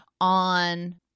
on